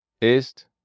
ist